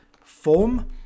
form